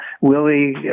Willie